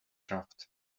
draft